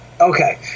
Okay